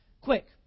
quick